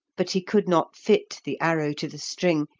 but he could not fit the arrow to the string,